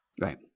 Right